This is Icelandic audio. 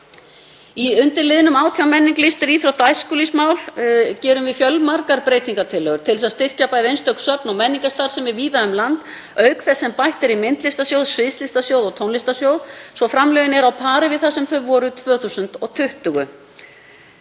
Undir lið 18, menningu, listum, íþrótta- og æskulýðsmálum, gerum við fjölmargar breytingartillögur til þess að styrkja bæði einstök söfn og menningarstarfsemi víða um land, auk þess sem bætt er í myndlistarsjóð, sviðslistasjóð og tónlistarsjóð svo að framlögin eru á pari við það sem þau voru 2020.